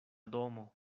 domo